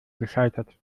gescheitert